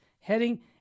heading